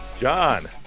John